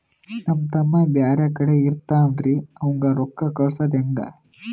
ನಮ್ ತಮ್ಮ ಬ್ಯಾರೆ ಕಡೆ ಇರತಾವೇನ್ರಿ ಅವಂಗ ರೋಕ್ಕ ಕಳಸದ ಹೆಂಗ?